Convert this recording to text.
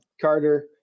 Carter